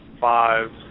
five